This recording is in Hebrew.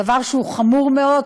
דבר שהוא חמור מאוד,